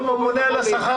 ביותר.